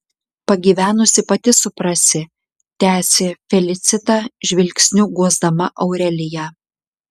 pagyvenusi pati suprasi tęsė felicita žvilgsniu guosdama aureliją